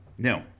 No